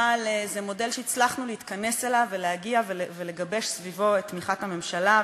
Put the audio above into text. אבל זה מודל שהצלחנו להתכנס אליו ולהגיע ולגבש סביבו את תמיכת הממשלה,